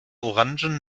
orangen